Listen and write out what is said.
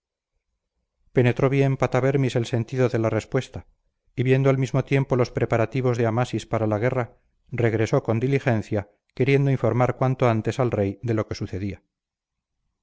penetró bien patabermis el sentido de la respuesta y viendo al mismo tiempo los preparativos de amasis para la guerra regresó con diligencia queriendo informar cuanto antes al rey del lo que sucedía